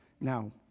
now